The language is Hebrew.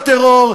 בטרור.